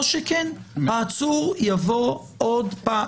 או שהעצור יבוא שוב,